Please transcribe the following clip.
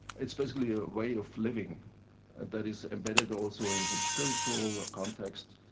it's basically a way of living that is embedded also in some spiritual context.